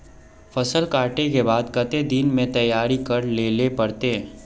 फसल कांटे के बाद कते दिन में तैयारी कर लेले पड़ते?